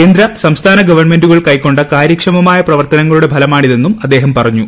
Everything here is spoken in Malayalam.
കേന്ദ്ര സംസ്ഥാന ഗവൺമെന്റുകൾ കൈകൊണ്ട കാര്യക്ഷമമായ പ്രവർത്തനങ്ങളുടെ ഫലമാണിതെന്നും അദ്ദേഹം പറഞ്ഞു